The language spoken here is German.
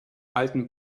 alten